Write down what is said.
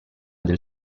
del